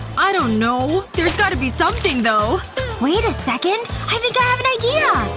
i don't know. there's got to be something though wait a second i think i have an idea!